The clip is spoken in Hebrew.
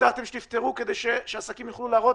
הבטחתם שתפתרו כדי שעסקים יוכלו להראות